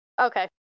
Okay